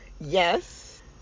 yes